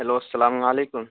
hello السلام علیکم